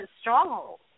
stronghold